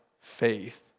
faith